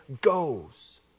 goes